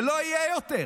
זה לא יהיה יותר.